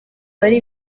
bari